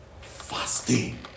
fasting